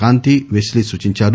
కాంతి పెస్లీ సూచించారు